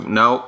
no